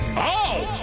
i